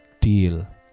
deal